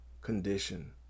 condition